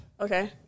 Okay